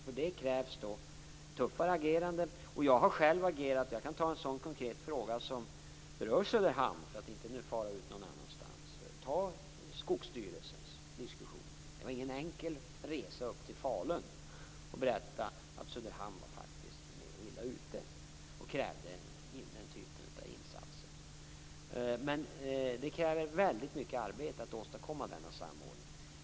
Därför krävs ett tuffare agerande, och jag har själv agerat. Jag kan nämna en konkret fråga som berör Söderhamn som exempel, nämligen Skogsstyrelsens diskussion. Det var inte enkelt att resa upp till Falun och berätta att Söderhamn faktiskt var mer illa ute och krävde den typen av insatser. Men det kräver väldigt mycket arbete att åstadkomma denna samordning.